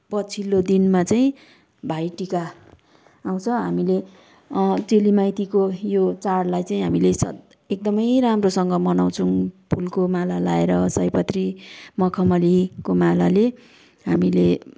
पछिल्लो दिनमा चाहिँ भाइटिका आउँछ हामीले चेली माइतीको यो चाडलाई चाहिँ हामीले सधैँ एकदमै राम्रोसँग मनाउँछौँ फुलको माला लाएर सयपत्री मखमलीको मालाले हामीले